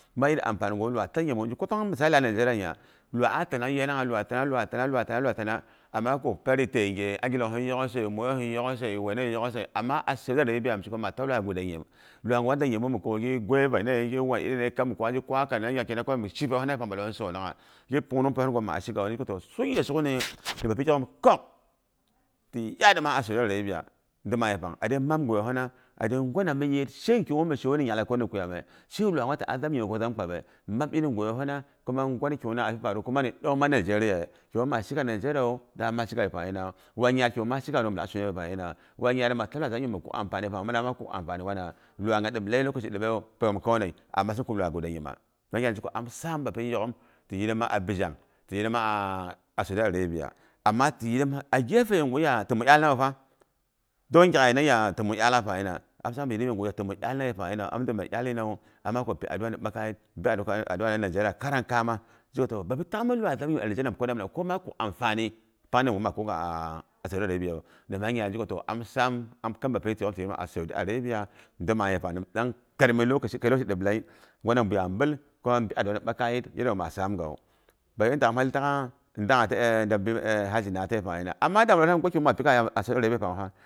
Mang iri ampani gohin iwai a ta zam nyimu. Pang misali, a nigeria nya, lawai a tanang yanangha, lwa tana, lwai tana, lwai tana. Ama kuk pari tayei ngheyei, angilong har yoghose, myoiyosin yokghose, wane yoghose ama saudi arabia misheko maa lwa guda nyim. Lwaigwa da nyimu, ga gwaiba ne, gi wan iri ne kap gi kwakwarina gi gyakina mishine yepang. Malolin sono ngha, gi pungnung peiyohingu mar shigawu. Zheko toh, sukghe, sukni toh bapi yok'ghim yok'ghim ko'ghk, ti yaadima a saudi arabia. Doma yepang a de nam goiyogina, ade gwana mi yiiyit shing kigu mi shiwu ni nya'ghada ko ni kuyame? Shin lwaigwa ti'a zam nyime ko kpabe? Map iri goiyohina kuma ngwa ti kiguna pi faru kuma ni ɗong mang nigeria ye? Kigwu maa shiga nigeria wu daa mi ma shiga nyina? Wan nyaat kigu mashiika a nigeriawu mimilak shinun a nyina? Wan yaad ma ta lwai zam nyim min kuk ampani pang milak kuk ampanipang wana? Lwa nya diplei lokashi dipbewu peiyom konei ama sai ku lwai guda nyima?. Sanyaat am saam bapiyoghima ti yirima a bizhang ti yirima a saudi arabia. Ama ti yirim ghefe nguya tim iye nawu fa. Dong gyakyeina ya təmong iyal laak pang nyina dang am dime dyalnyinawu, ama kub pi adu'a ni ɓakaiyit, bi adu'a na nigeria kara kaama. Zhewu ko bapi takmin lwai pang nyin aljanna, ko maa kuk amfani pang yada yu maa kukgha a saudi arabiawu. Nimha nyat zheko toh am saam am kam bapi ti yengu ti yirima a saudi arabia. Doma yepang nim dang karamin lokashi, lokashi diplei, ngwana bungya nbəl, ko'a bi ɓakayit yanda ngwu mara.